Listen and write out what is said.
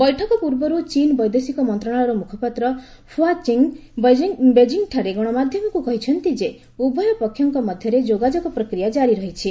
ବୈଠକ ପୂର୍ବରୁ ଚୀନ୍ ବୈଦେଶିକ ମନ୍ତ୍ରଣାଳୟର ମୁଖପାତ୍ର ହ୍ୱା ଚିନିଙ୍ଗ୍ ବେଙ୍କିଠାରେ ଗଣମାଧ୍ୟମକୁ କହିଛନ୍ତି ଯେ ଉଭୟ ପକ୍ଷଙ୍କ ମଧ୍ୟରେ ଯୋଗାଯୋଗ ପ୍ରକ୍ରିୟା କାରି ରହିଛି